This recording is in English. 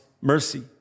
mercy